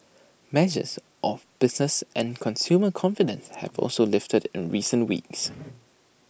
measures of business and consumer confidence have also lifted in recent weeks